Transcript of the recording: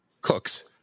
cooks